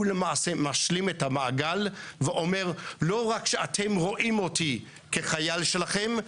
הוא למעשה משלים את המעגל ואומר: לא רק שאתם רואים אותי כחייל שלכם,